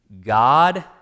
God